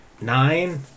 nine